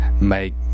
make